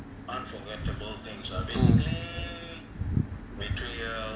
mm